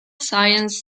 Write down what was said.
science